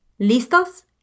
¿Listos